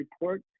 Report